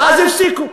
ואז הפסיקו.